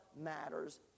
matters